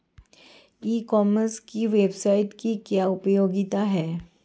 ई commerce की website की क्या उपयोगिता है?